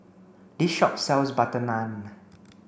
this shop sells butter naan